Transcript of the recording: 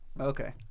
okay